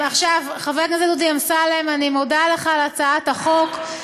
חבר הכנסת דודי אמסלם, אני מודה לך על הצעת החוק.